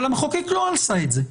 אבל המחוקק לא עשה את זה.